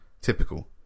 typical